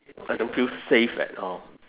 I don't feel safe at all